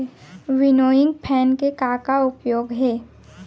Winnowing fan के का का उपयोग हे?